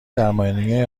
درمانی